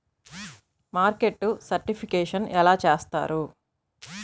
Market certification ఎలా చేస్తారు?